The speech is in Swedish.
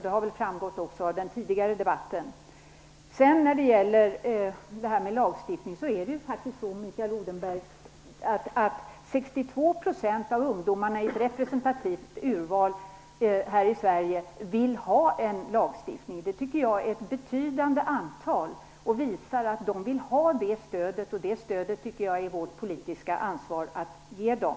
Det har väl också framgått av den tidigare debatten. Det är faktiskt så, Mikael Odenberg, att 62 % av ungdomarna i ett representativt urval här i Sverige vill ha en lagstiftning. Det tycker jag är ett betydande antal, och det visar att de vill ha det stödet. Det stödet tycker jag att det är vårt politiska ansvar att ge dem.